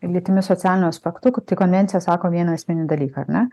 lytimi socialiniu aspektu tai konvencija sako vieną esminį dalyką ar ne